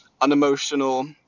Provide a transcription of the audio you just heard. unemotional